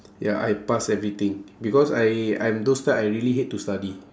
ya I pass everything because I I'm those type I really hate to study